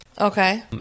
Okay